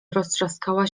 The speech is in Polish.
rozstrzaskała